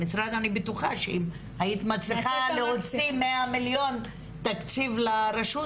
המשרד אני בטוחה שאם היית מצליחה להוציא 100 מיליון תקציב לרשות,